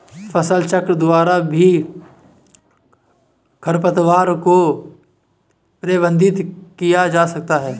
फसलचक्र द्वारा भी खरपतवार को प्रबंधित किया जा सकता है